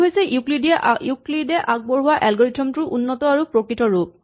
এইটো হৈছে ইউক্লিডে আগবঢ়োৱা এলগৰিথম টোৰ উন্নত আৰু প্ৰকৃত ৰূপ